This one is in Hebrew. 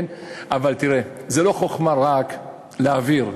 אבל זו לא חוכמה רק להעביר,